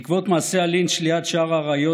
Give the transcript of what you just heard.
בעקבות מעשה הלינץ' ליד שער האריות